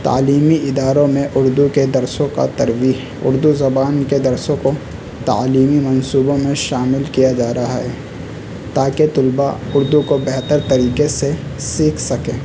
تعلیمی اداروں میں اردو درسوں کا ترویج اردو زبان کے درسوں کو تعلیمی منصوبوں میں شامل کیا جا رہا ہے تاکہ طلبا اردو کو بہتر طریقے سے سیکھ سکیں